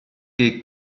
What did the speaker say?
che